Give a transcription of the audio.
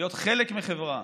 להיות חלק מחברה,